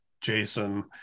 jason